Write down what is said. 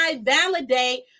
validate